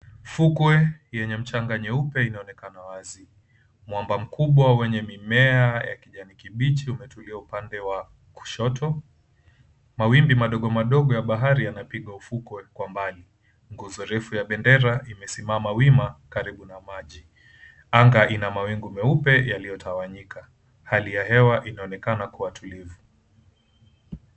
Fukwe yenye mchanga nyeupe inaonekana wazi. Mwamba mkubwa wenye mimea ya kijani kibichi umetiliwa upande wa kushoto, mawimbi madogo madogo ya bahari yanapigwa ufukwe kwa mbali. Nguzo refu ya bendera imesimama wima karibu na maji. Anga ina mawingu meupe yaliyotawanyika. Hali ya hewa inaonekana kuwa tulivu.